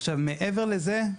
עכשיו, מעבר לזה,